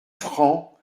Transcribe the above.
francs